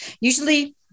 usually